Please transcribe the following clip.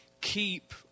Keep